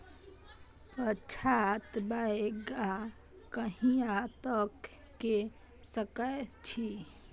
पछात बौग कहिया तक के सकै छी?